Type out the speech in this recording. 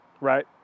right